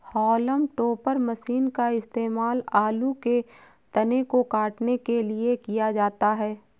haulm topper machine का इस्तेमाल आलू के तने को काटने के लिए किया जाता है